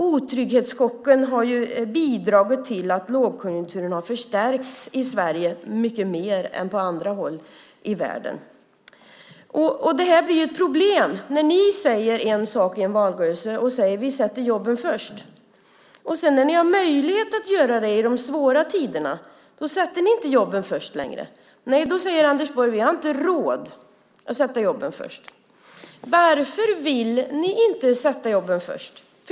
Otrygghetschocken har ju bidragit till att lågkonjunkturen har förstärkts mycket mer i Sverige än på andra håll i världen. Det blir ett problem när ni i en valrörelse säger att ni sätter jobben främst och när ni sedan har möjlighet att göra det under de svåra tiderna inte sätter jobben främst längre. Nej, då säger Anders Borg: Vi har inte råd att sätta jobben främst. Varför vill ni inte sätta jobben främst?